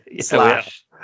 slash